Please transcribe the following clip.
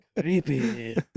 Creepy